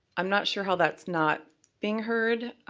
i'm not sure how that's not being heard.